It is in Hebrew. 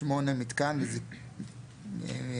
התשל"ב-1972,